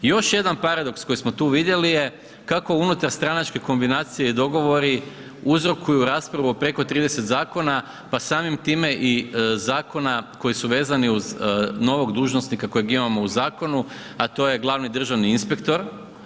Još jedan paradoks koji smo tu vidjeli je kako unutarstranačke kombinacije i dogovori uzrokuju raspravu o preko 30 zakona pa samim time i zakona koji su vezani uz novog dužnosnika kojeg imamo u zakonu, a to je glavni državni inspektor.